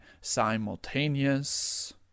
simultaneous